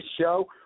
show